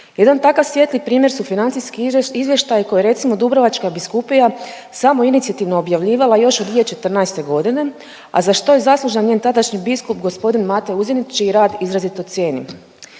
Jedan takav svijetli primjer su financijski izvještaji koje je recimo Dubrovačka biskupija samoinicijativno objavljivala još od 2014.g., a za što je zaslužan njen tadašnji biskup g. Mate Uzinić, čiji rad izrazito cijenim.